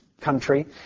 country